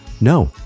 No